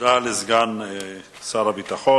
תודה לסגן שר הביטחון.